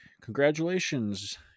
congratulations